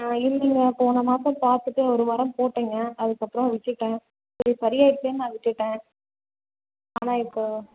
ஆ ஈவினிங்காக போன மாதம் பார்த்துட்டு ஒரு வாரம் போட்டங்க அதுக்கப்புறம் விட்டு விட்டேன் சரி சரியாடுச்சேன்னு நான் விட்டு விட்டேன் ஆனால் இப்போ